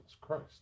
christ